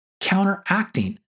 counteracting